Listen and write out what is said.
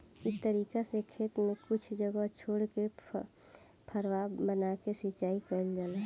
इ तरीका से खेत में कुछ जगह छोर के फौवारा बना के सिंचाई कईल जाला